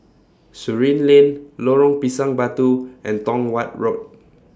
Surin Lane Lorong Pisang Batu and Tong Watt Road